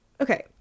okay